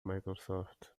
microsoft